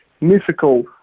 mythical